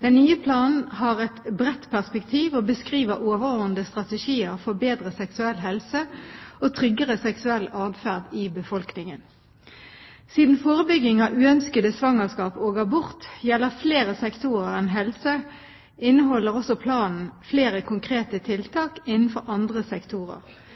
Den nye planen har et bredt perspektiv og beskriver overordnede strategier for bedre seksuell helse og tryggere seksuell atferd i befolkningen. Siden forebygging av uønskede svangerskap og abort gjelder flere sektorer enn helse, inneholder planen flere konkrete tiltak innen andre sektorer.